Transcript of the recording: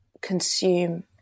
consume